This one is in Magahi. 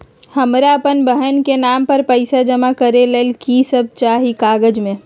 हमरा अपन बहन के नाम पर पैसा जमा करे ला कि सब चाहि कागज मे?